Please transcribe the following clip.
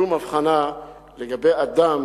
שום הבחנה לגבי אדם